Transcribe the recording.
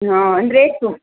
ಹಾಂ ಅಂದರೆ ಸು